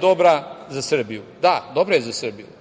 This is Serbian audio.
dobra za Srbiju? Da. Dobra je za Srbiju